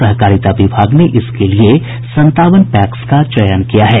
सहकारिता विभाग ने इसके लिए संतावन पैक्स का चयन किया है